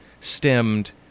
stemmed